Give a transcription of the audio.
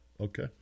okay